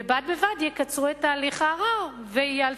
ובד בבד יקצרו את תהליך הערר ויאלצו